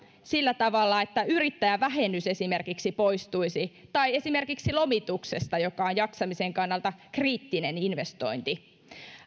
sillä tavalla että yrittäjävähennys esimerkiksi poistuisi tai esimerkiksi lomituksesta joka on jaksamisen kannalta kriittinen investointi